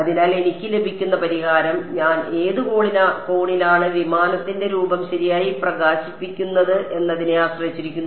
അതിനാൽ എനിക്ക് ലഭിക്കുന്ന പരിഹാരം ഞാൻ ഏത് കോണിലാണ് വിമാനത്തിന്റെ രൂപം ശരിയായി പ്രകാശിപ്പിക്കുന്നത് എന്നതിനെ ആശ്രയിച്ചിരിക്കുന്നു